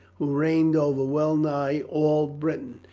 who reigned over well nigh all britain,